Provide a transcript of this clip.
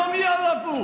צריכים לדעת: